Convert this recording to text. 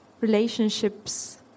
relationships